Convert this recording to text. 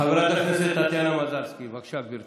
חברת הכנסת טטיאנה מזרסקי, בבקשה, גברתי.